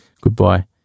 goodbye